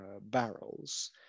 barrels